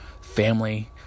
family